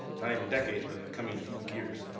not even decades, but in the coming few years.